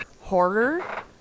horror